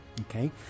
Okay